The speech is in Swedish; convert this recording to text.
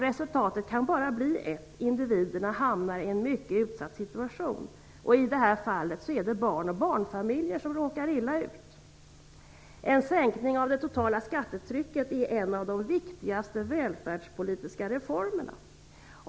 Resultatet kan bara bli ett - individerna hamnar i en mycket utsatt situation. I det här fallet är det barn och barnfamiljer som råkar illa ut. En sänkning av det totala skattetrycket är en av de viktigaste välfärdspolitiska reformerna.